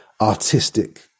artistic